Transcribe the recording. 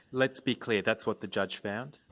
let's be clear, that's what the judge found?